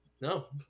no